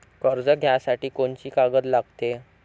कर्ज घ्यासाठी कोनची कागद लागते?